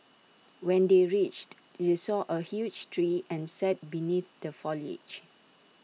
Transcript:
when they reached they saw A huge tree and sat beneath the foliage